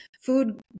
food